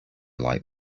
like